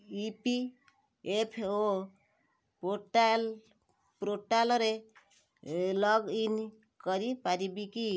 ଇ P F O portal ପୋର୍ଟାଲ୍ରେ login କରିପାରିବି କି